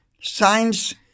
science